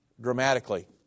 dramatically